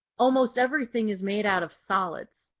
almost everything is made out of solids.